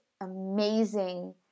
amazing